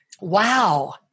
Wow